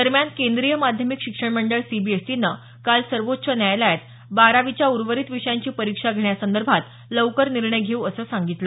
दरम्यान केंद्रीय माध्यमिक शिक्षण मंडळ सीबीएसईनं काल सर्वोच्च न्यायालयात बारावीच्या उर्वरित विषयांची परीक्षा घेण्यासंदर्भात लवकर निर्णय घेऊ असं सांगितलं